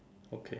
okay